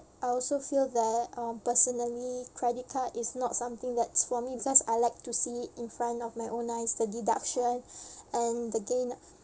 I also feel that um personally credit card is not something that's for me because I like to see in front of my own eyes the deduction and the gain